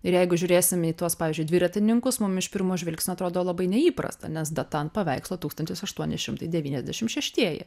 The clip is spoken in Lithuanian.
ir jeigu žiūrėsime į tuos pavyzdžiui dviratininkus mum iš pirmo žvilgsnio atrodo labai neįprasta nes data ant paveikslo tūkstantis aštuoni šimtai devyniasdešimt šeštieji